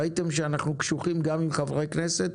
ראיתם שאנחנו קשוחים גם עם חברי כנסת,